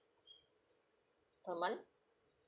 per month